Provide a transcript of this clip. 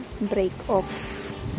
break-off